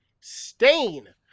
Stain